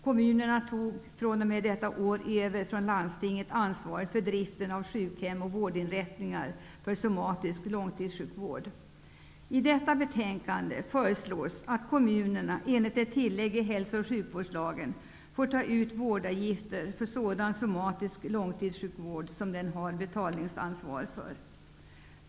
Kommunerna tog från början av detta år från landstingen över ansvaret för driften av sjukhem och vårdinrättningar för somatisk långtidssjukvård. I detta betänkande föreslås att kommunerna genom ett tillägg i hälso och sjukvårdslagen skall få ta ut vårdavgifter för sådan somatisk långtidssjukvård som den har betalningsansvar för.